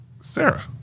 Sarah